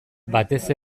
batez